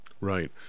Right